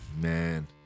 Man